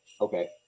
Okay